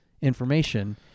information